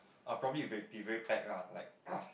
I'll probably be very packed lah like